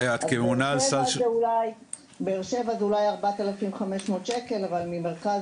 מבאר שבע זה אולי 4,500 שקלים אבל ממרכז